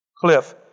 Cliff